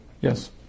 Yes